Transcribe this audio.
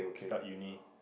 start uni